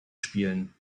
spielen